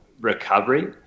recovery